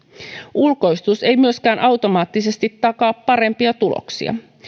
ulkoistus ei myöskään automaattisesti takaa parempia tuloksia